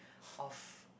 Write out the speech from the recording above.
of